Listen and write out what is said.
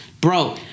Bro